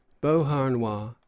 beauharnois